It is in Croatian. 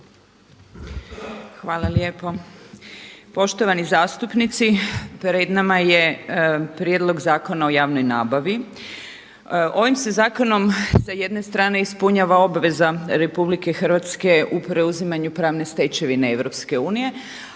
Hvala lijepo. Poštovani zastupnici pred nama je prijedlog Zakona o javnoj nabavi. Ovim se zakonom sa jedne strane ispunjava obveza RH u preuzimanju pravne stečevine EU.